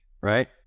right